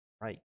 right